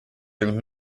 through